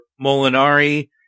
Molinari